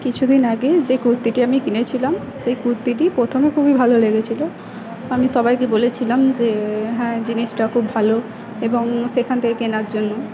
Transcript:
কিছু দিন আগেই যে কুর্তিটি আমি কিনেছিলাম সেই কুর্তিটি প্রথমে খুবই ভালো লেগেছিলো আমি সবাইকে বলেছিলাম যে হ্যাঁ জিনিসটা খুব ভালো এবং সেখান থেকে কেনার জন্য